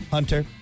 Hunter